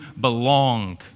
belong